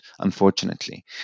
unfortunately